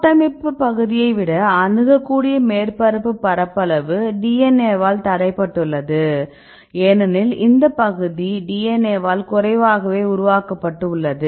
கூட்டமைப்பு பகுதியை விட அணுகக்கூடிய மேற்பரப்பு பரப்பளவு DNAவால் தடைபட்டுள்ளது ஏனெனில் இந்த பகுதி DNAவால் குறைவாகவே உருவாக்கப்பட்டு உள்ளது